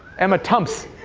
emma tumps.